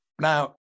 Now